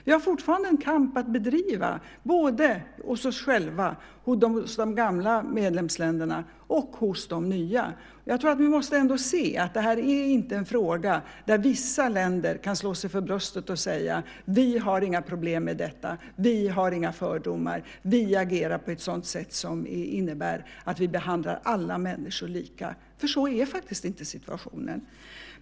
Vi har fortfarande en kamp att bedriva hos oss själva, i de gamla medlemsländerna och i de nya. Jag tror att vi måste inse att det här inte är en fråga där vissa länder kan slå sig för bröstet och säga att de inte har några problem med detta, att de inte har några fördomar, att de agerar på ett sätt som innebär att alla människor behandlas lika. Sådan är inte situationen.